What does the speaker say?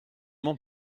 m’en